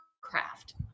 craft